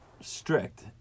strict